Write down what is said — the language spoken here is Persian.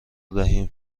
دهیم